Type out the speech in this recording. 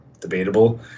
Debatable